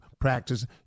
practice